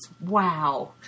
wow